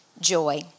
joy